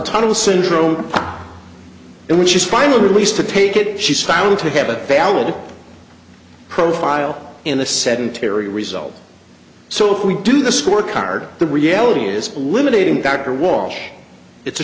tunnel syndrome in which is finally released to take it she's found to have a valid profile in a sedentary result so if we do the scorecard the reality is limited and dr walsh it's a